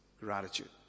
gratitude